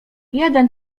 jeden